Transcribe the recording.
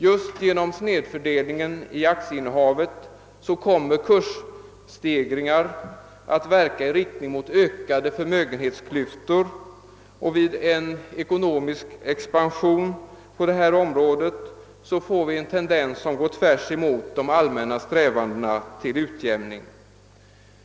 Just genom snedfördelningen i aktieinnehavet kommer kursstegringar att verka i riktning mot ökade förmögenhetsklyftor, och vid en ekonomisk expansion på detta område får vi en tendens som går tvärsemot de allmänna strävandena till utjämning.